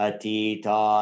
Atita